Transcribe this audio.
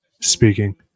speaking